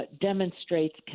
demonstrates